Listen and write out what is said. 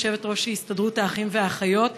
יושבת-ראש הסתדרות האחים והאחיות.